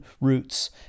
roots